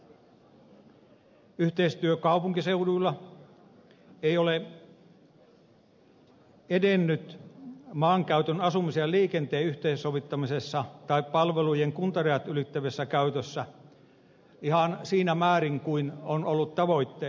yhteistyö kaupunkiseuduilla ei ole edennyt maankäytön asumisen ja liikenteen yhteensovittamisessa tai palvelujen kuntarajat ylittävässä käytössä ihan siinä määrin kuin on ollut tavoitteena